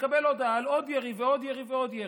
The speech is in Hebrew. הודעה על עוד ירי ועוד ירי ועוד ירי.